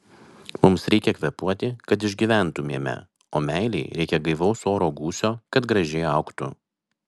mums reikia kvėpuoti kad išgyventumėme o meilei reikia gaivaus oro gūsio kad gražiai augtų